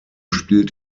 spielt